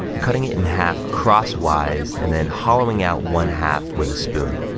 cutting it in half cross-wise, and then hollowing out one half with a spoon.